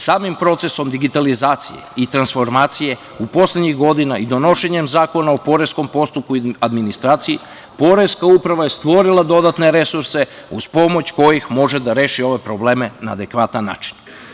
Samim procesom digitalizacije i transformacije poslednjih godina i donošenja Zakona o poreskom postupku i administraciji Poreska uprava je stvorila dodatne resurse uz pomoć kojih može da reši ove probleme na adekvatan način.